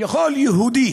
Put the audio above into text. יכול יהודי